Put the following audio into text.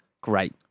great